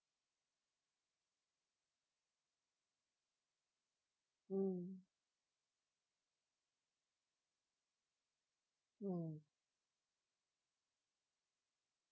mm mm